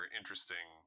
interesting